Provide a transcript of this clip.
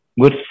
good